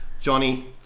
Johnny